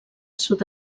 sud